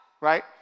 right